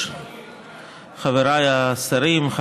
[רשומות (הצעות חוק, חוב' מ/1270);